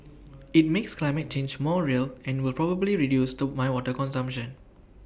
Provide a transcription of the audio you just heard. IT makes climate change more real and will probably reduce to my water consumption